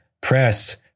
press